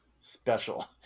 special